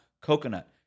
Coconut